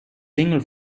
single